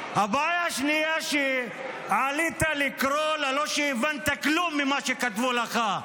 הבעיה השנייה היא שעלית לקרוא בלי שהבנת כלום ממה שכתבו לך.